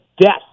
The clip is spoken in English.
death